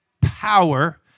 power